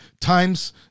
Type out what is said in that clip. times